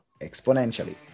exponentially